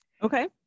Okay